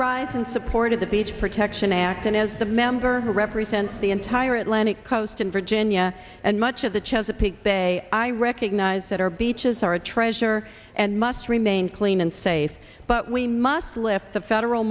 rise in support of the beach protection act and as a member who represents the entire atlantic coast and virginia and much of the chesapeake bay i recognize that our beaches are a treasure and must remain clean and safe but we must lift the federal